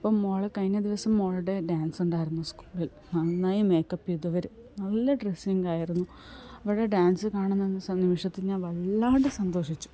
അപ്പോൾ മോൾ കഴിഞ്ഞ ദിവസം മോളുടെ ഡാൻസുണ്ടായിരുന്നു സ്കൂളിൽ നന്നായി മേക്കപ്പ് ചെയ്തു അവർ നല്ല ഡ്രസ്സിംഗ് ആയിരുന്നു അവരുടെ ഡാൻസ് കാണുന്ന നിമിഷത്തിൽ ഞാൻ വല്ലാതെ സന്തോഷിച്ചു